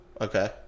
Okay